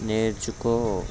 నేర్చుకో